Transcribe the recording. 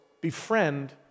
befriend